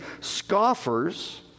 scoffers